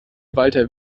walter